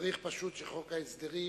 צריך פשוט שחוק ההסדרים